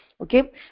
Okay